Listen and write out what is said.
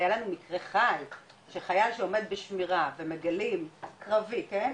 היה לנו מקרה אחד שחייל שעומד בשמירה ומגלים קרבי כן?